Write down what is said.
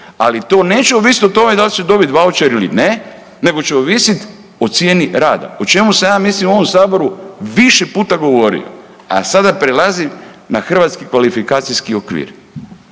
ali to neće ovisit o tome da li će dobit vaučer ili ne nego će ovisit o cijeni rada o čemu sam ja mislim u ovom saboru više puta govorio. A sada prelazim na Hrvatski kvalifikacijski okvir